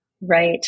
Right